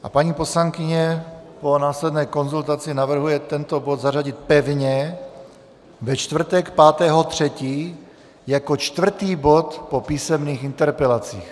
A paní poslankyně po následné konzultaci navrhuje tento bod zařadit pevně ve čtvrtek 5. 3. jako čtvrtý bod po písemných interpelacích.